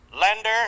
lender